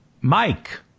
Mike